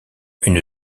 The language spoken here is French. une